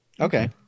Okay